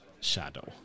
shadow